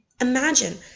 Imagine